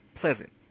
pleasant